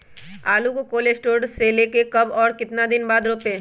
आलु को cold store से ले के कब और कितना दिन बाद रोपे?